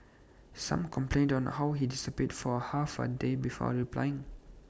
some complained on how he disappeared for half A day before replying